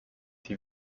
die